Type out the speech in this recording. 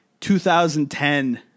2010